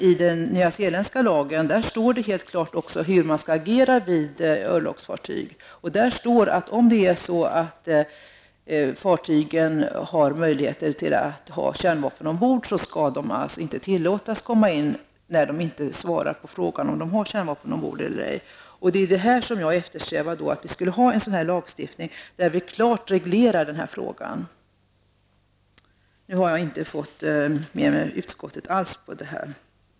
I den nya zeeländska lagen står klart hur man skall agera vid besök av örlogsfartyg. Det står att om fartygen har möjlighet att ha kärnvapen ombord så skall de inte tillåtas komma in om de inte svarar på frågan om de har kärnvapen ombord eller ej. Jag eftersträvar att vi skulle ha en sådan lagstiftning, där vi klart reglerar den här frågan. Nu har jag inte fått med mig utskottet.